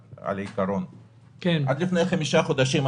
אני מבקש מבני גנץ לתת אישור להעביר את החלטת הממשלה.